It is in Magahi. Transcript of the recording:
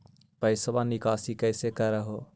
पैसवा निकासी कैसे कर हो?